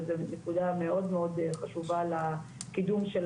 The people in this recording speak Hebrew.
וזו נקודה מאוד מאוד חשובה לקידום של